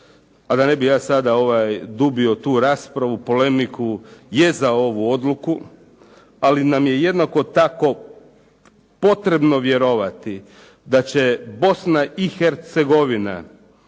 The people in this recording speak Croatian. a da ne bih ja sada dubio tu raspravu, polemiku, je za ovu odluku, ali nam je jednako tako potrebno vjerovati da će Bosna i Hercegovina